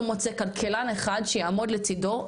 לא מוצא כלכלן אחד שיעמוד לצידו,